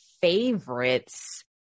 favorites